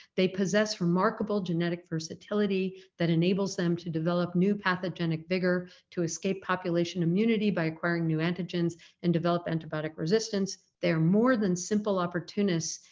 they possess remarkable genetic versatility that enables them to develop new pathogenic vigour to escape population immunity by acquiring new antigens and develop antibiotic resistance. they're more than simple opportunists,